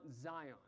Zion